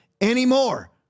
anymore